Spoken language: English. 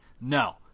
No